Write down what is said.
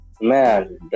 Man